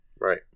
Right